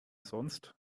sonst